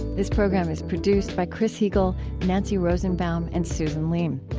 this program is produced by chris heagle, nancy rosenbaum, and susan leem.